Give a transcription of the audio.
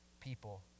people